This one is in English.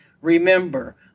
Remember